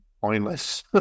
pointless